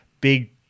big